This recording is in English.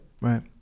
Right